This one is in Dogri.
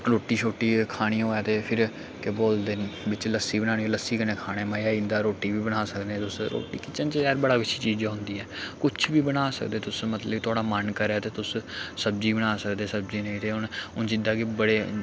रुट्टी शट्टी खानी होऐ ते फिर केह् बोलदे न बिच्च लस्सी बनानी होए लस्सी कन्नै खाने दा मज़ा आ जंदा रुट्टी बी बना सकने तुस रोटी किचन च यार बड़ा किच्छी चीज़ां होंदी ऐ कुछ बी बना सकदे तुस मतलब कि थुआढ़ा मन करै ते तुस सब्जी बना सकदे सब्जी नेईं ते हून जिद्दां कि बड़े